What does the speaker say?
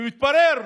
והתברר,